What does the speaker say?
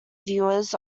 viewers